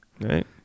right